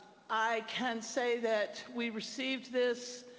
i can say that we received this.